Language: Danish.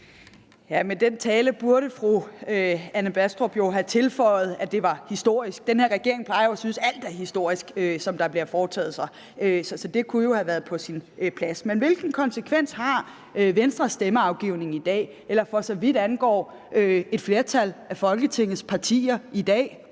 (V): Med den tale burde fru Anne Baastrup jo have tilføjet, at det var historisk. Den her regering plejer jo at synes, at alt, hvad den foretager sig, er historisk. Så det kunne jo have været på sin plads. Men hvilken konsekvens har Venstres stemmeafgivelse i dag, eller for så vidt stemmeafgivelsen fra et flertal af Folketingets partier i dag?